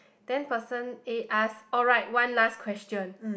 then person A ask alright one last question